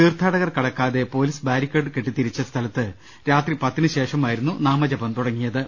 തീർത്ഥാടകർ കടക്കാതെ police barricade കെട്ടിത്തിരിച്ച സ്ഥലത്ത് രാത്രി പത്തിന് ശ്രേഷമായിരുന്നു നാമജപം തുടങ്ങിയത്